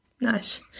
Nice